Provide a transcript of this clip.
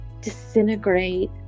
disintegrate